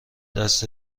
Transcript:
دست